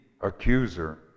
accuser